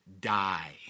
die